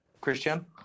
Christian